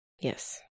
yes